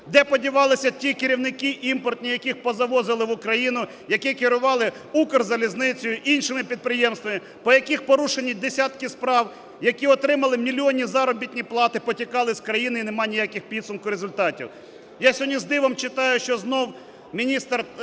де подівалися ті керівники імпортні, яких позавозили в Україну, які керували "Укрзалізницею", іншими підприємствами, по яких порушені десятки справ, які отримали мільйонні заробітні плати, повтікали з країни, і немає ніяких в підсумку результатів. Я сьогодні з дивом читаю, що знову міністр,